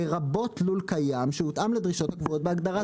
לרבות לול קיים שהותאם לדרישות הקבועות בהגדרה זו.